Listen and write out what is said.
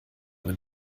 wenn